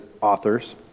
authors